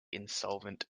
insolvent